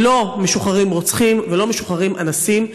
לא משוחררים רוצחים ולא משוחררים אנסים,